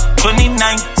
2019